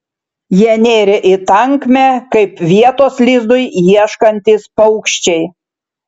jie nėrė į tankmę kaip vietos lizdui ieškantys paukščiai